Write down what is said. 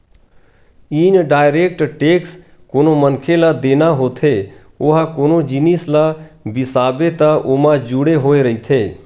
indirect tax कोनो मनखे ल देना होथे ओहा कोनो जिनिस ल बिसाबे त ओमा जुड़े होय रहिथे